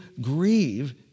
grieve